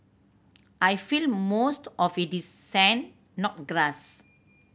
I feel most of it is sand not grass